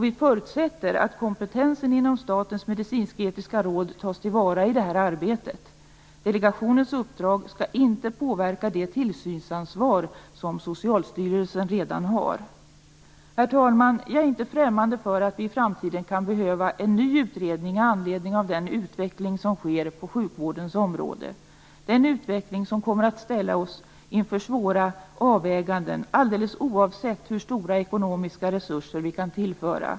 Vi förutsätter att kompetensen inom Statens medicinsk-etiska råd tas till vara i det arbetet. Delegationens uppdrag skall inte påverka det tillsynsansvar som Socialstyrelsen redan har. Herr talman! Jag är inte främmande för att vi i framtiden kan behöva en ny utredning med anledning av den utveckling som sker på sjukvårdens område. Det är en utveckling som kommer att ställa oss inför svåra avväganden alldeles oavsett hur stora ekonomiska resurser vi kan tillföra.